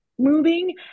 moving